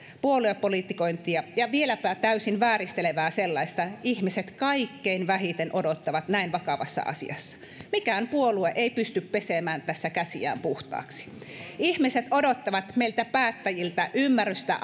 puoluepolitikointia ja vieläpä täysin vääristelevää sellaista ihmiset kaikkein vähiten odottavat näin vakavassa asiassa mikään puolue ei pysty pesemään tässä käsiään puhtaaksi ihmiset odottavat meiltä päättäjiltä ymmärrystä